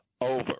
Over